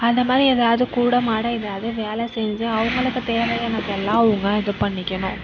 அந்தமாதிரி எதாவது கூட மாட எதாவது வேலை செஞ்சு அவங்களுக்கு தேவையானதெல்லாம் அவங்க இது பண்ணிக்கணும்